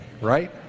right